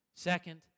Second